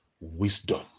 wisdom